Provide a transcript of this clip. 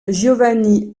giovanni